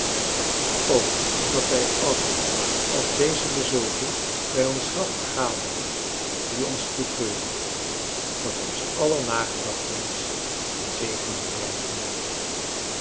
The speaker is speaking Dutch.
o dat wij allen als deze dezulken bij ons graf vergaderen die ons betreuren dat ons aller nagedachtenis in zegening blijven moge